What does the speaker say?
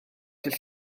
dydd